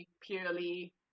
purely